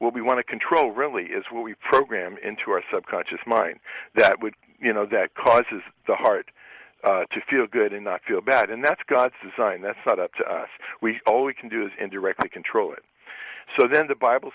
we want to control really is what we program into our subconscious mind that would you know that causes the heart to feel good and not feel bad and that's god's design that's not up to us we all we can do is indirectly control it so then the bible